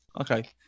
Okay